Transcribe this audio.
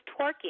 twerking